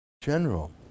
General